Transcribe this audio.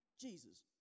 Jesus